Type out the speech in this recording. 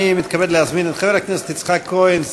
אני מתכבד להזמין את חבר הכנסת יצחק כהן,